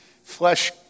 Flesh